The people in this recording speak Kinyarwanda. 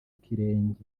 kirenge